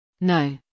No